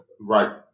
Right